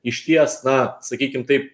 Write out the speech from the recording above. išties na sakykim taip